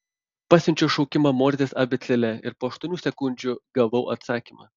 pasiunčiau šaukimą morzės abėcėle ir po aštuonių sekundžių gavau atsakymą